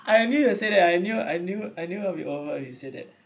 I knew you would say that I knew I knew I knew uh we all like you say that